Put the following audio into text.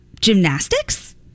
gymnastics